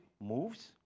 moves